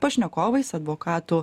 pašnekovais advokatu